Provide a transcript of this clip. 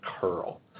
CURL